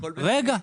רגע.